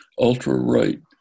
ultra-right